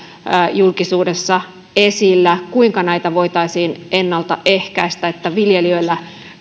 julkisuudessa esillä kuinka näitä voitaisiin ennalta ehkäistä niin että viljelijöillä